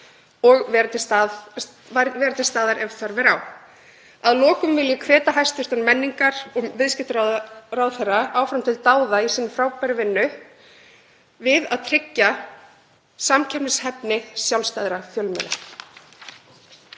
og vera til staðar ef þörf er á. Að lokum vil ég hvetja hæstv. menningar- og viðskiptaráðherra áfram til dáða í sinni frábærri vinnu við að tryggja samkeppnishæfni sjálfstæðra fjölmiðla.